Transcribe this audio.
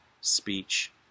speech